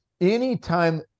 anytime